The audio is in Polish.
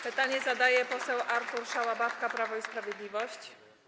Pytanie zadaje poseł Artur Szałabawka, Prawo i Sprawiedliwość.